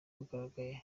wagaragaye